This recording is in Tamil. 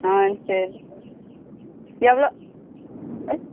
ஆ சரி எவ்வளோ ஆ